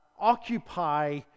occupy